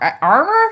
armor